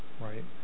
right